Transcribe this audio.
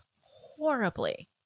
horribly